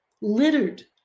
littered